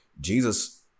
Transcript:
Jesus